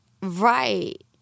Right